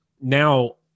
Now